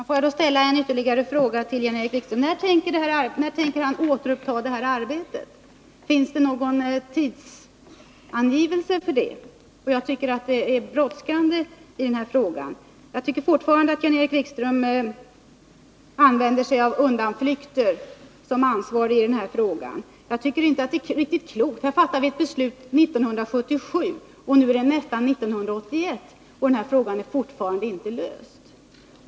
Fru talman! Får jag då ställa ytterligare en fråga till Jan-Erik Wikström. När tänker förlikningskommissionen återuppta arbetet? Finns det någon tidsangivelse för det? Jag tycker att det är brådskande. Och jag tycker fortfarande att Jan-Erik Wikström som ansvarig i den här frågan använder sig av undanflykter. Det här är inte riktigt klokt. Vi fattade ett beslut 1977. Nu är det nästan 1981, och den här frågan är fortfarande inte löst.